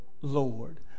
Lord